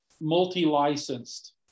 multi-licensed